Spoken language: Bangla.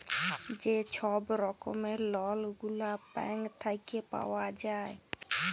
যে ছব রকমের লল গুলা ব্যাংক থ্যাইকে পাউয়া যায়